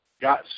got